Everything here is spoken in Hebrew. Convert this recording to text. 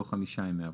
יבואו חמישה ימי עבודה.